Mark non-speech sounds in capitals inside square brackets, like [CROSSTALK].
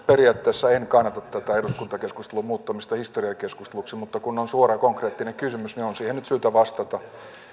[UNINTELLIGIBLE] periaatteessa en kannata tätä eduskuntakeskustelun muuttamista historiakeskusteluksi mutta kun on suora konkreettinen kysymys niin on siihen nyt syytä vastata